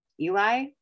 Eli